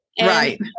Right